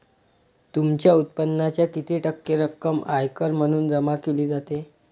तुमच्या उत्पन्नाच्या किती टक्के रक्कम आयकर म्हणून जमा केली जाते?